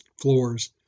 floors